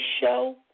show